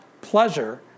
pleasure